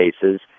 cases